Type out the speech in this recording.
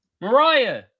Mariah